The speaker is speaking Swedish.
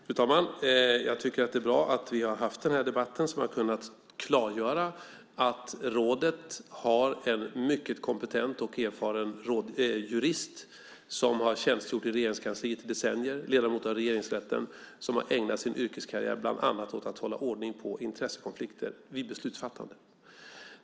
Fru talman! Jag tycker att det är bra att vi har haft den här debatten som kunnat klargöra att rådet har en mycket kompetent och erfaren jurist som i decennier har tjänstgjort i Regeringskansliet och som ledamot av Regeringsrätten och som har ägnat sin yrkeskarriär bland annat åt att hålla ordning på intressekonflikter vid beslutsfattande. Det är det första.